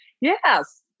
Yes